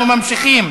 אנחנו ממשיכים